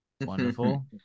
Wonderful